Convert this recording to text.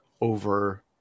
over